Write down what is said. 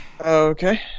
Okay